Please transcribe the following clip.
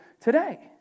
today